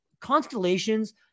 constellations